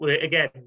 again